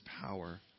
power